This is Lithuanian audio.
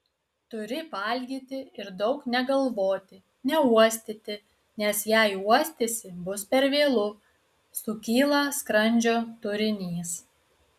turi valgyti ir daug negalvoti neuostyti nes jei uostysi bus per vėlu sukyla skrandžio turinys